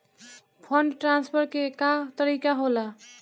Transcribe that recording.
Fund transfer के का तरीका होला?